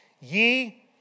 ye